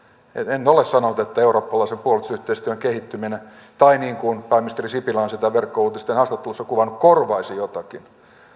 en ole sanonut että eurooppalaisen puolustusyhteistyön kehittyminen tai niin kuin pääministeri sipilä on sitä verkkouutisten haastattelussa kuvannut korvaisi jotakin en